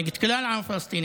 נגד כלל העם הפלסטיני,